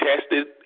tested